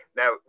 now